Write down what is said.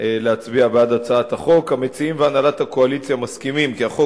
להצביע בעד הצעת החוק: 1. המציעים והנהלת הקואליציה מסכימים כי החוק